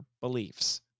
beliefs